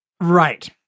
Right